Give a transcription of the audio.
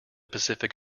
pacific